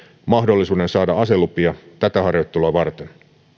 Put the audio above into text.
mahdollisuuden saada aselupia tätä harjoittelua varten